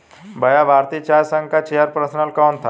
भैया भारतीय चाय संघ का चेयर पर्सन कौन है?